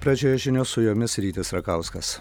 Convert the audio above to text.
pradžioje žinios su jomis rytis rakauskas